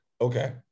okay